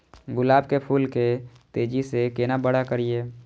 गुलाब के फूल के तेजी से केना बड़ा करिए?